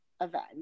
event